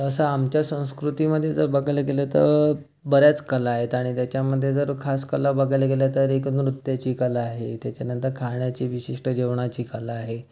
तसं आमच्या संस्कृतीमधे जर बघायला गेलं तं बऱ्याच कला आहेत आणि त्याच्यामध्ये जर खास कला बघायला गेलं तर एक नृत्याची कला आहे त्याच्या नंतर खाण्याची विशिष्ट जेवणाची कला आहे